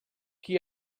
qui